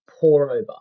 pour-over